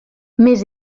més